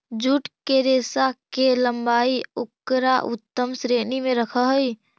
jute के रेशा के लम्बाई उकरा उत्तम श्रेणी में रखऽ हई